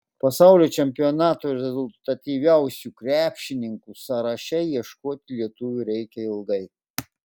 pasaulio čempionato rezultatyviausių krepšininkų sąraše ieškoti lietuvių reikia ilgai